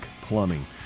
Plumbing